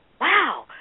wow